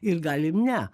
ir galim ne